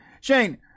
Shane